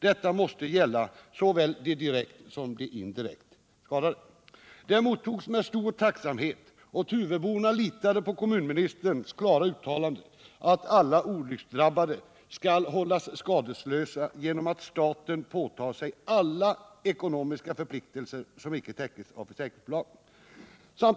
Detta måste gälla såväl de direkt som de indirekt skadade. Kommunministerns klara uttalande att alla olycksdrabbade skall hållas skadeslösa genom att staten åtar sig alla ekonomiska förpliktelser som icke täcks av försäkringsbolag mottogs med stor tacksamhet och med tillit av Tuveborna.